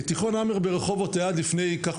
תיכון המר ברחובות היה עד לפני כחמש שנים,